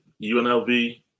UNLV